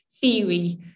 theory